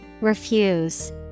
Refuse